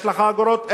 יש לך אגורות?